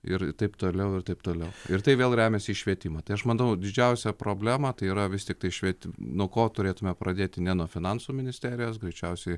ir taip toliau ir taip toliau ir tai vėl remiasi į švietimą tai aš manau didžiausią problemą tai yra vis tiktai švietimo nuo ko turėtume pradėti ne nuo finansų ministerijos greičiausiai